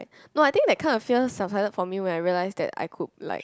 no I think that kind of fear subsided for me when I realise that I could like